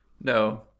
No